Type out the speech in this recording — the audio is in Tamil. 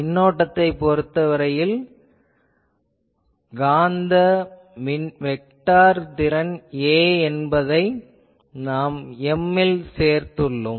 மின்னோட்டத்தைப் பொருத்தவரையில் காந்த வெக்டார் திறன் A என்பதை நாம் M ல் சேர்த்துள்ளோம்